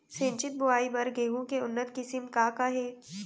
सिंचित बोआई बर गेहूँ के उन्नत किसिम का का हे??